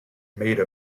made